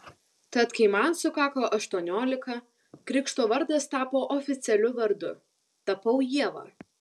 tad kai man sukako aštuoniolika krikšto vardas tapo oficialiu vardu tapau ieva